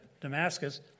Damascus